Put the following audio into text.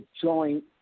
joint